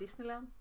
Disneyland